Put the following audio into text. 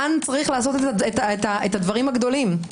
פה יש לעשות את הדברים הגדולים.